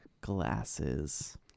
glasses